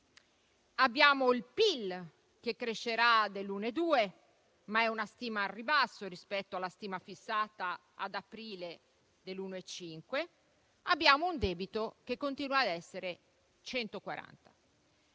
abbiamo il PIL che crescerà dell'1,2 per cento, ma è una stima al ribasso rispetto alla stima fissata ad aprile dell'1,5 per cento; abbiamo un debito che continua ad essere del